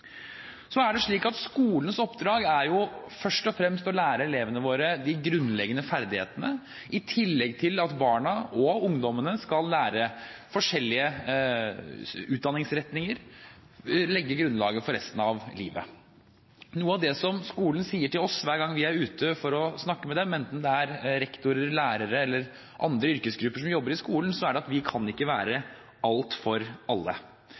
Så er det slik at skolens oppdrag først og fremst er å lære elevene våre de grunnleggende ferdighetene, i tillegg til at barna og ungdommene skal lære for forskjellige utdanningsretninger og legge grunnlaget for resten av livet. Noe av det som skolene sier til oss hver gang vi er ute for å snakke med dem, enten det er rektorer eller lærere eller andre yrkesgrupper som jobber i skolen, er at vi kan ikke være alt for alle.